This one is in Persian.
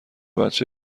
بچه